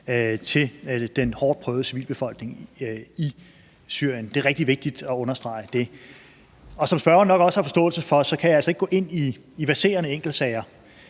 til den hårdt prøvede civilbefolkning i Syrien. Det er rigtig vigtigt at understrege det. Som spørgeren nok også har forståelse for, kan jeg altså ikke gå ind i verserende enkeltsager.